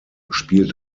spielt